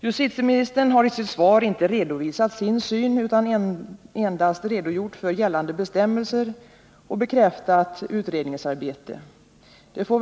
Justitieministern har i sitt svar inte redovisat sin syn på detta säkerhetsarbete utan endast redogjort för gällande bestämmelser och bekräftat att utredningsarbete pågår.